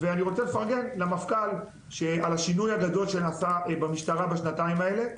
ואני רוצה לפרגן למפכ"ל על השינוי הגדול שנעשה במשטרה בשנתיים האלה.